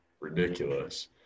Ridiculous